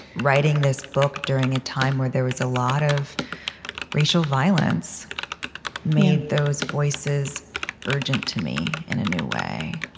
writing this book during a time where there was a lot of racial violence made those voices urgent to me in a new way